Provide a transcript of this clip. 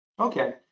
Okay